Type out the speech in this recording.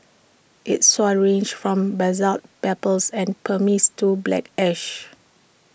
its soils range from basalt pebbles and pumice to black ash